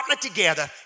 together